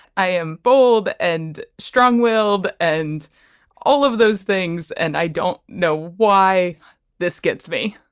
i am bold and strong willed and all of those things and i don't know why this gets me